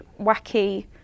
wacky